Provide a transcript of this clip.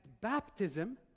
baptism